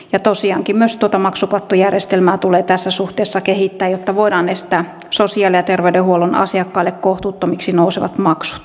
ja tosiaankin myös tuota maksukattojärjestelmää tulee tässä suhteessa kehittää jotta voidaan estää sosiaali ja terveydenhuollon asiakkaille kohtuuttomiksi nousevat maksut